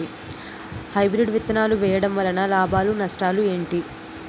Hybrid విత్తనాలు వేయటం వలన లాభాలు నష్టాలు ఏంటి?